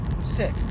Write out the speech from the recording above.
sick